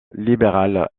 libéral